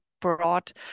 brought